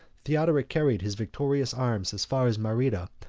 theodoric carried his victorious arms as far as merida,